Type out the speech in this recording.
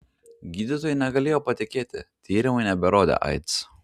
gydytojai negalėjo patikėti tyrimai neberodė aids